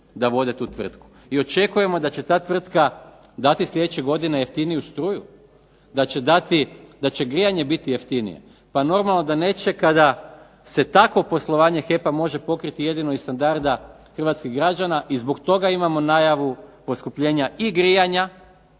da vode tu tvrtku. I očekujemo da će ta tvrtka dati sljedeće godine jeftiniju struju, da će grijanje biti jeftinije. Pa normalno da neće kada se tako poslovanje HEP-a može pokriti jedino iz standarda hrvatskih građana i zbog toga imamo najavu poskupljenja grijanja